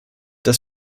das